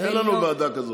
אין לנו ועדה כזאת.